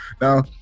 Now